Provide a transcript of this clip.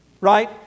right